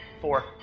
Four